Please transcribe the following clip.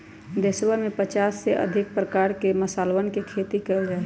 देशवन में पचास से अधिक प्रकार के मसालवन के खेती कइल जा हई